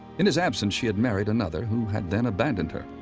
in his absence, she had married another, who had then abandoned her.